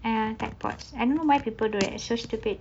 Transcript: I don't know why people do it so stupid